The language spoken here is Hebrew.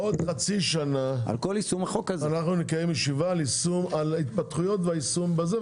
עוד חצי שנה אנחנו נקיים ישיבה על ההתפתחויות והיישום בזה,